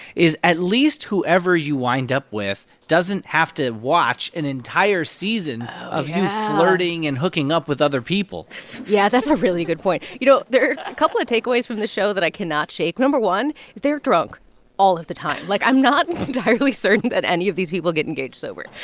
is at least whoever you wind up with doesn't have to watch an entire season. oh, yeah. of you flirting and hooking up with other people yeah, that's a really good point. you know, there are a couple of takeaways from the show that i cannot shake. no. one is they're drunk all of the time. like, i'm not entirely certain that any of these people get engaged sober.